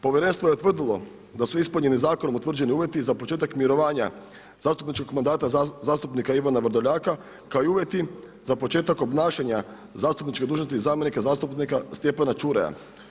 Povjerenstvo je utvrdilo, da su ispunjeni zakonom utvrđeni uvjeti za početak mirovanja zastupničkog mandata zastupnika Ivana Vrdoljaka, kao i uvjeti za početak obnašanja zastupničke dužnosti zamjenika, zastupnika Stjepana Čuraja.